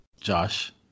Josh